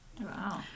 Wow